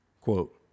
Quote